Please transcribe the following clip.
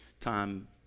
time